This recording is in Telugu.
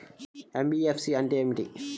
ఎన్.బీ.ఎఫ్.సి అంటే ఏమిటి?